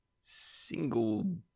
Single